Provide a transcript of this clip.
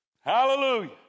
hallelujah